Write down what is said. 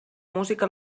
música